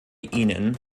ihnen